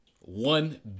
One